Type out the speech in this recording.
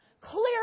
clear